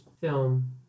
film